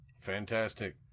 Fantastic